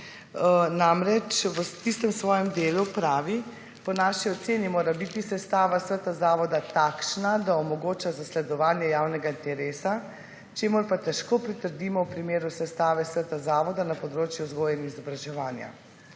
Namreč, v tistem svojem delu pravi: »Po naši oceni mora biti sestava sveta zavoda takšna, da omogoča zasledovanje javnega interesa, čemur pa težko pritrdimo v primeru sestave sveta zavoda na področju vzgoje in izobraževanja.